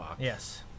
Yes